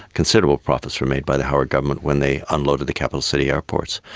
considerable profits were made by the howard government when they unloaded the capital city airports.